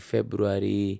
February